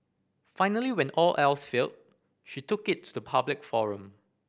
finally when all else failed she took it to the public forum